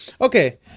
Okay